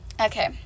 Okay